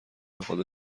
میخواد